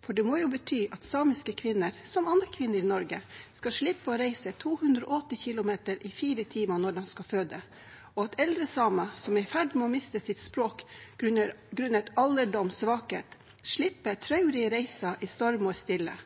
for det må jo bety at samiske kvinner, som andre kvinner i Norge, skal slippe å reise 280 km i 4 timer når de skal føde, og at eldre samer som er i ferd med å miste sitt språk grunnet alderdomssvakhet, slipper traurige reiser i storm og i stille.